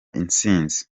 intsinzi